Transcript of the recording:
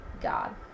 God